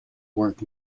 work